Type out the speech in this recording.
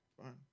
fine